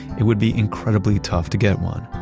it would be incredibly tough to get one.